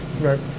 Right